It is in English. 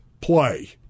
play